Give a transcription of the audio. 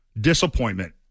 disappointment